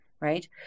right